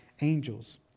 angels